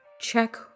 check